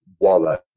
wallow